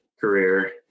career